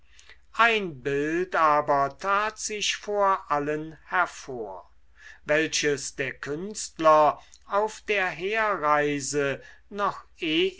ein bild aber tat sich vor allen hervor welches der künstler auf der herreise noch